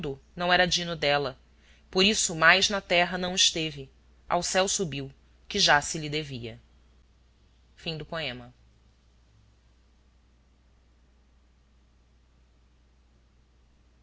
não era dino dela por isso mais na terra não esteve ao céu subiu que já se lhe devia com